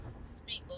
speak